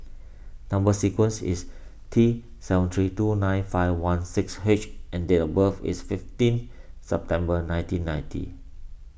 Number Sequence is T seven three two nine five one six H and date of birth is fifteen September nineteen ninety